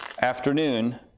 afternoon